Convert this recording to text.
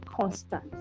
constant